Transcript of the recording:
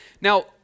Now